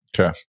Okay